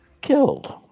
killed